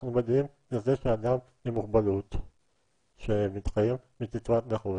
אנחנו מגיעים לזה שאדם עם מוגבלות שמתקיים מקצבת נכות,